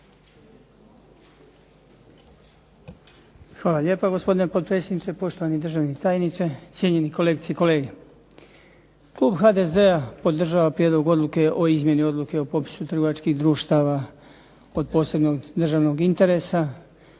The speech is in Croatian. Hvala lijepa gospodine potpredsjedniče, poštovani državni tajniče, cijenjeni kolegice i kolege. Klub HDZ-a podržava Prijedlog odluke o izmjeni odluke o popisu trgovačkih društava od posebnog državnog interesa.